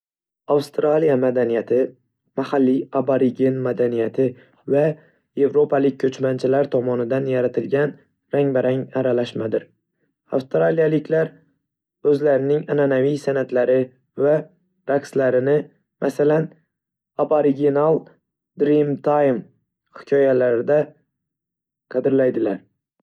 Avstraliya madaniyati mahalliy aborigen madaniyati va evropalik ko'chmanchilar tomonidan yaratilgan rang-barang aralashmadir. Avstraliyaliklar o'zlarining an'anaviy san'atlari va raqslarini, masalan, Aboriginal Dreamtime hikoyalarida qadrlaydilar.